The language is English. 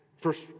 First